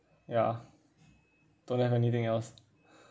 ya don't have anything else